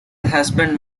husband